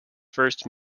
first